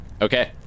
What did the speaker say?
Okay